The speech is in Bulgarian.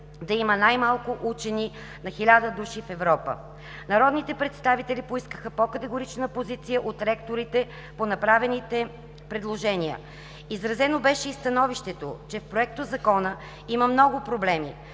да има най-малко учени на 1000 души в Европа. Народните представители поискаха по-категорична позиция от ректорите по направените предложения. Изразено беше и становището, че в Проектозакона има много проблеми